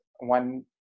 one